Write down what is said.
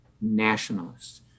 nationalists